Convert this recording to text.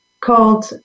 called